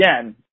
again –